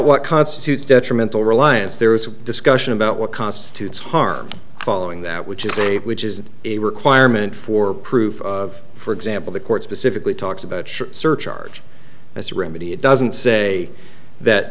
what constitutes detrimental reliance there is a discussion about what constitutes harm following that which is a which is a requirement for proof for example the court specifically talks about surcharge as a remedy it doesn't say that